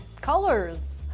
colors